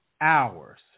hours